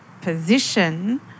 position